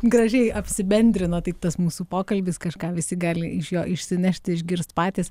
gražiai apsibendrino taip tas mūsų pokalbis kažką visi gali iš jo išsinešt išgirst patys